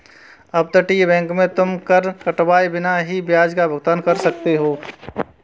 अपतटीय बैंक में तुम कर कटवाए बिना ही ब्याज का भुगतान कर सकते हो